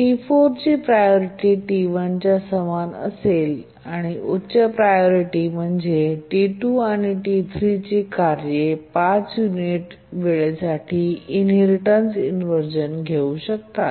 T4 ची priority T1 च्या समान असेल आणि उच्च प्रायोरिटी म्हणजे T2 आणि T3 ची कार्ये 5 युनिट वेळेसाठी इनहेरिटेन्स इन्व्हरझन येऊ शकतात